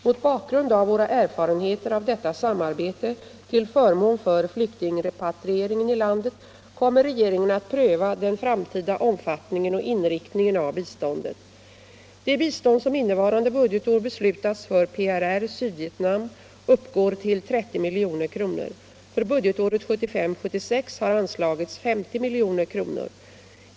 Mot bakgrund av våra erfarenheter av detta samarbete till förmån för flyktingrepatrieringen i landet kommer regeringen att pröva den framtida omfattningen och inriktningen av biståndet. Det bistånd som innevarande budgetår beslutats för PRR, Sydvietnam, uppgår till 30 milj.kr. För budgetåret 1975/76 har anslagits 50 milj.kr.